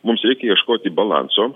mums reikia ieškoti balanso